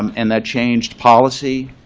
um and that changed policy.